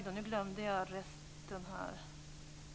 Jag glömde resten här.